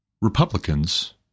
Republicans